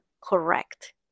correct